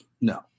no